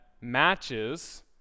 matches